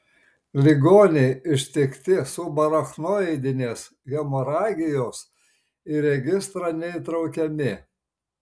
ligoniai ištikti subarachnoidinės hemoragijos į registrą netraukiami